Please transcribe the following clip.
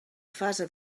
fase